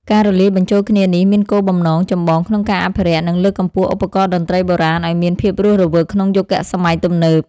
ការលាយបញ្ចូលគ្នានេះមានគោលបំណងចម្បងក្នុងការអភិរក្ស និងលើកកម្ពស់ឧបករណ៍តន្ត្រីបុរាណឱ្យមានភាពរស់រវើកក្នុងយុគសម័យទំនើប។